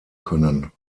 können